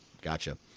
Gotcha